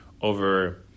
over